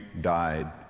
died